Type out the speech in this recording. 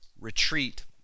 retreat